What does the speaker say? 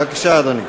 בבקשה, אדוני.